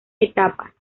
etapas